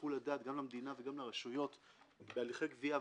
שיקול הדעת, גם למדינה וגם לרשויות, בהליכי גבייה.